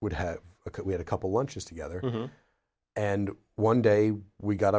would have we had a couple lunches together and one day we got